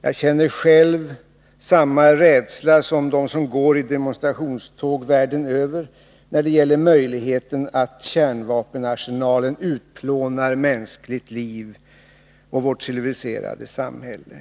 Jag känner samma rädsla som de som går i demonstrationståg världen över när det gäller möjligheten att kärnvapenarsenalen utplånar mänskligt liv och vårt civiliserade samhälle.